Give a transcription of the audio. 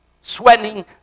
sweating